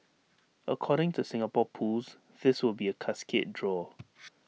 according to Singapore pools this will be A cascade draw